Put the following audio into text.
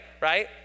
right